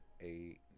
eight